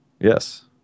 Yes